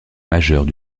majeures